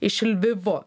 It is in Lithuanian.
iš lvivo